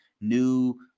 new